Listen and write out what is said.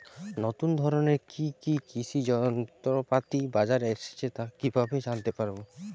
নতুন ধরনের কি কি কৃষি যন্ত্রপাতি বাজারে এসেছে তা কিভাবে জানতেপারব?